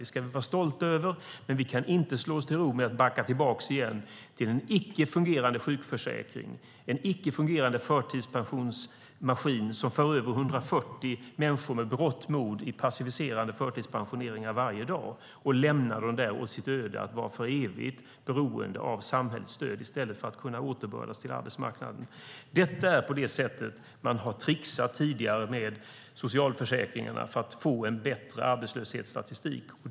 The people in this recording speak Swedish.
Det ska vi vara stolta över, men vi kan inte slå oss till ro genom att backa tillbaka till en icke-fungerande sjukförsäkring, ett icke-fungerande förtidspensionsmaskineri som med berått mod varje dag för över 140 människor i passiviserande förtidspensionering och lämnar dem åt sitt öde, till att för evigt vara beroende av samhällsstöd i stället för att kunna återbördas till arbetsmarknaden. På det sättet har man tidigare tricksat med socialförsäkringarna för att få en bättre arbetslöshetsstatistik.